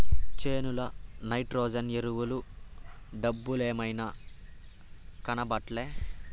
చేనుల నైట్రోజన్ ఎరువుల డబ్బలేమైనాయి, కనబట్లా